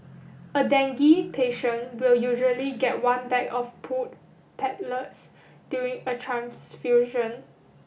a dengue patient will usually get one bag of pooled platelets during a transfusion